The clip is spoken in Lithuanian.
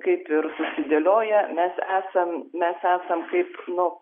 kaip ir susidėlioję mes esam mes esam kaip nu